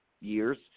years